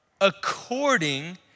according